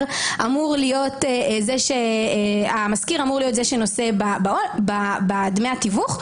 הוא זה שאמור להיות זה שנושא בדמי התיווך.